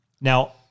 Now